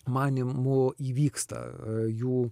manymu įvyksta jų